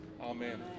Amen